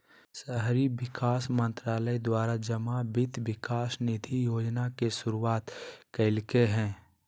शहरी विकास मंत्रालय द्वारा जमा वित्त विकास निधि योजना के शुरुआत कल्कैय हइ